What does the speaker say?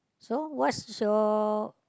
so what's your